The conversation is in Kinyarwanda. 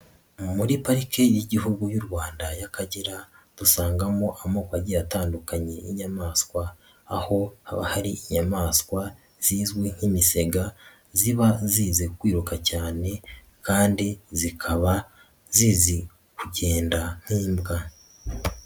Muri pariki y'Igihugu y'u Rwanda y'Akagera dusangamo amoko agiye atandukanye y'inyamaswa aho haba hari inyamaswa zizwi nk'imisega ziba zizi kwiruka cyane kandi zikaba zizi kugenda nk'imbwa.